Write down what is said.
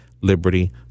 liberty